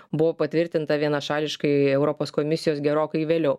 buvo patvirtinta vienašališkai europos komisijos gerokai vėliau